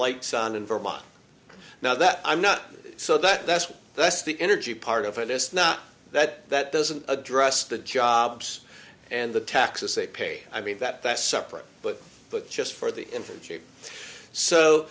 lights on in vermont now that i'm not so that that's what that's the energy part of it is not that that doesn't address the jobs and the taxes they pay i mean that that's separate but but just for the